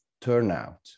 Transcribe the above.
turnout